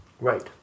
Right